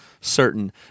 certain